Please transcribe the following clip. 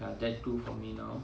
ya that too for me now